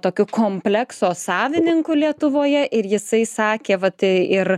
tokiu komplekso savininku lietuvoje ir jisai sakė vat ir